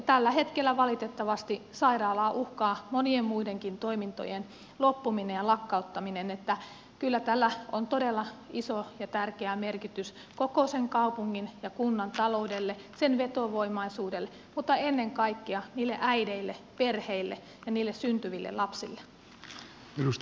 tällä hetkellä valitettavasti sairaalaa uhkaa monien muidenkin toimintojen loppuminen ja lakkauttaminen niin että kyllä tällä on todella iso ja tärkeä merkitys koko sen kaupungin ja kunnan taloudelle sen vetovoimaisuudelle mutta ennen kaikkea niille äideille perheille ja niille syntyville lapsille